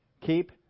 Keep